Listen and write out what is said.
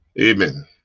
Amen